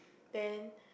then